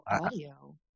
audio